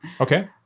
Okay